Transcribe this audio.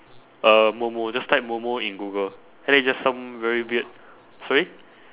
uh momo just type momo in google and then it's just some very weird sorry